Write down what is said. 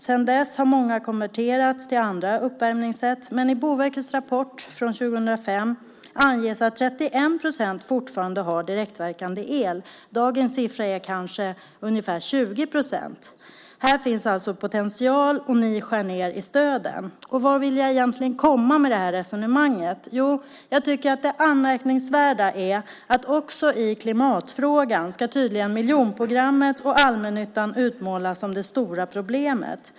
Sedan dess har många konverterats till andra uppvärmningssätt, men i Boverkets rapport från 2005 anges att 31 procent fortfarande har direktverkande el. Dagens siffra är kanske ungefär 20 procent. Här finns alltså potential, och ni skär ned i stöden. Vart vill jag då egentligen komma med detta resonemang? Jo, jag tycker att det anmärkningsvärda är att också i klimatfrågan ska tydligen miljonprogrammet och allmännyttan utmålas som det stora problemet.